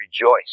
rejoice